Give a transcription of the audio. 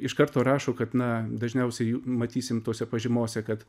iš karto rašo kad na dažniausiai matysim tose pažymose kad